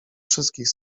wszystkich